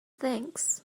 thanks